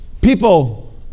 people